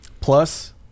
Plus